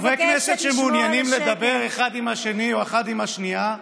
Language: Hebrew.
חברי כנסת שמעוניינים לדבר אחד עם השני או אחד עם השנייה,